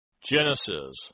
Genesis